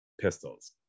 pistols